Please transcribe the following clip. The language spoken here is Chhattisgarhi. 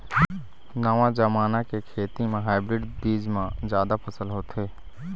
नवा जमाना के खेती म हाइब्रिड बीज म जादा फसल होथे